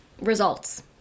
results